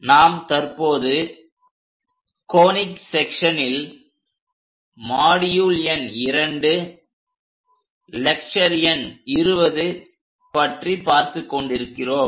நாம் தற்போது கோனிக் செக்சன்ஸனில் மாடியுள் எண் 02லெக்ச்சர் எண் 20 பற்றி பார்த்துக் கொண்டிருக்கிறோம்